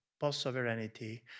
post-sovereignty